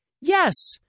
yes